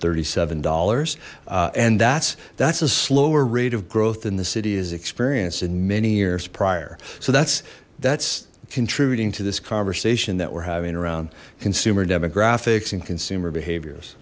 thirty seven dollars and that's that's a slower rate of growth in the city is experienced in many years prior so that's that's contributing to this conversation that we're having around consumer demographics and consumer behaviors